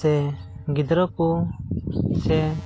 ᱥᱮ ᱜᱤᱫᱽᱨᱟᱹ ᱠᱚ ᱥᱮ